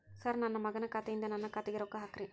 sir ನನ್ನ ಮಗನ ಖಾತೆ ಯಿಂದ ನನ್ನ ಖಾತೆಗ ರೊಕ್ಕಾ ಹಾಕ್ರಿ